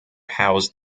housed